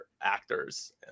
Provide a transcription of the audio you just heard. actors